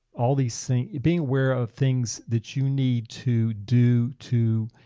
all these things. being aware of things that you need to do to.